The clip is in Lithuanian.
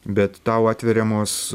bet tau atveriamos